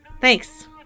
Thanks